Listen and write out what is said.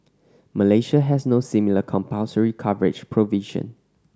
Malaysia has no similar compulsory coverage provision